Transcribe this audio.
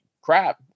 crap